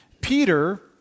Peter